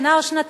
שנה או שנתיים,